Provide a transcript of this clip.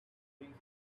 things